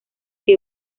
que